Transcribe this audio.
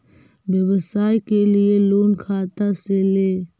व्यवसाय के लिये लोन खा से ले?